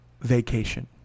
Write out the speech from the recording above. vacation